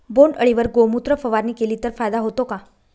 बोंडअळीवर गोमूत्र फवारणी केली तर फायदा होतो का?